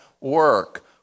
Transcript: work